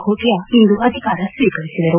ಗೊಟಯಾ ಇಂದು ಅಧಿಕಾರ ಸ್ವೀಕರಿಸಿದರು